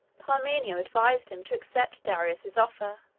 parmenio advised him to accept darius's offers.